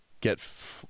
get